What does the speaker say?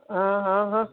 હ હ હ